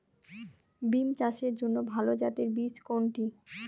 বিম চাষের জন্য ভালো জাতের বীজ কোনটি?